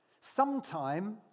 Sometime